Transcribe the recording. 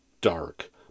dark